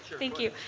thank you.